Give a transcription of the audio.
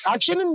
Action